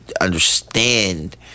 understand